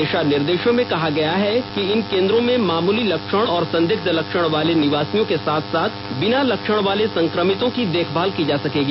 दिशा निर्देशों में कहा गया है कि इन केन्द्रों में मामूली लक्षण और संदिग्ध लक्षण वाले निवासियों के साथ साथ बिना लक्षण वाले संक्रमितों की देखभाल की जा सकेगी